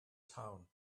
town